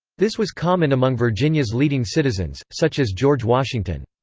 this was common among virginia's leading citizens, such as george washington.